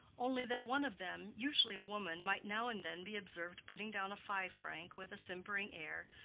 only that one of them, usually a woman, might now and then be observed putting down a five-franc with a simpering air,